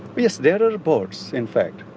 yes there are reports in fact.